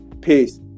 Peace